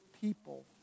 people